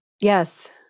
Yes